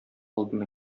алдына